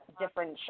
different